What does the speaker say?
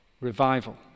revival